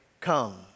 come